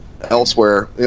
elsewhere